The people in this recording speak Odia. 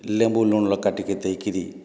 ଲେମ୍ବୁ ଲୁଣ୍ ଲଙ୍କା ଟିକେ ଦେଇକିରି